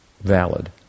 valid